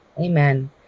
Amen